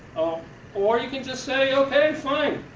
or you can just say okay fine.